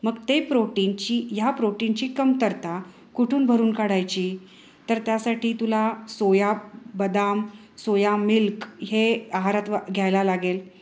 मग ते प्रोटीनची ह्या प्रोटीनची कमतरता कुठून भरून काढायची तर त्यासाठी तुला सोया बदाम सोया मिल्क हे वा आहारात घ्यायला लागेल